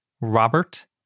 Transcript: Robert